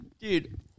Dude